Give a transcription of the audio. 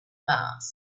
mars